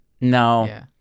No